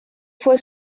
fue